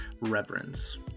reverence